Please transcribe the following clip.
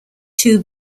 two